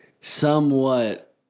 somewhat